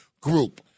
group